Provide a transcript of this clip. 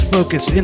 Focus